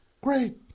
Great